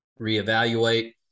reevaluate